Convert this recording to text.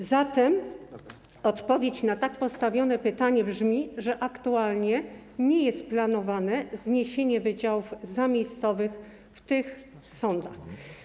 A zatem odpowiedź na tak postawione pytanie brzmi, że aktualnie nie jest planowane zniesienie wydziałów zamiejscowych w tych sądach.